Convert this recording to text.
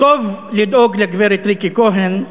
טוב לדאוג לגברת ריקי כהן,